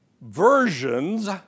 versions